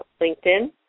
LinkedIn